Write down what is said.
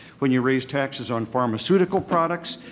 when you raise taxes on pharmaceutical products,